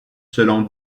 selon